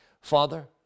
Father